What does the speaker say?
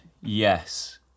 yes